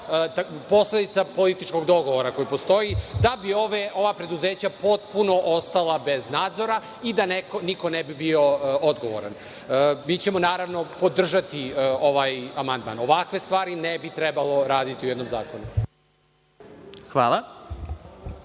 posledica političkog dogovora koji postoji da bi ova preduzeća potpuno ostala bez nadzora i da niko ne bi bio odgovoran. Mi ćemo naravno podržati ovaj amandman. Ovakve stvari ne bi trebalo raditi u jednom zakonu. Hvala.